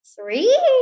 Three